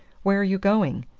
where are you going?